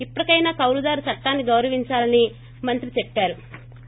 ఇప్పటికైనా కౌలుదారు చట్టాన్ని గౌరవించాలని మంత్రి చెప్పారు